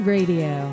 Radio